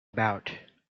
about